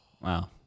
Wow